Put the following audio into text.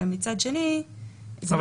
ומצד שני --- רגע.